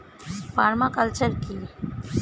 Parma culture কি?